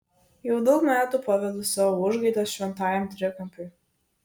jau daug metų pavedu savo užgaidas šventajam trikampiui